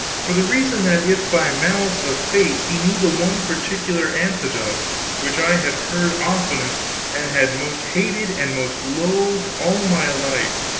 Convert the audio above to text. for the reason that if by malice of fate he knew the one particular anecdote which i had heard oftenest and had most hated and most loathed all my life,